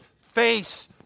face